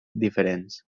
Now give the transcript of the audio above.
diferents